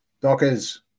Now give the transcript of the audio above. Dockers